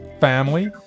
family